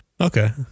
Okay